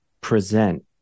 present